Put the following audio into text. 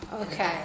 Okay